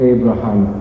Abraham